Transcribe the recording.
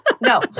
no